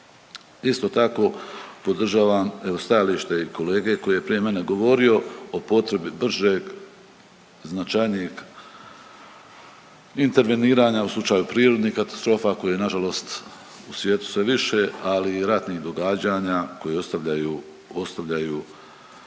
Isto tako, podržavam evo i stajalište kolege koji je prije mene govorio o potrebi bržeg, značajnijeg interveniranja u slučaju prirodnih katastrofa kojih je na žalost u svijetu sve više, ali i ratnih događanja koji ostavljaju značajne